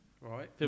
Right